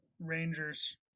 Rangers